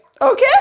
Okay